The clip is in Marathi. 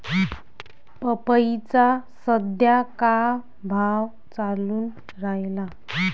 पपईचा सद्या का भाव चालून रायला?